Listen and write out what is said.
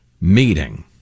meeting